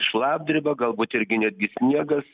šlapdriba galbūt irgi netgi sniegas